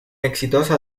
exitoso